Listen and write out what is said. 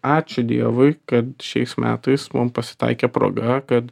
ačiū dievui kad šiais metais mum pasitaikė proga kad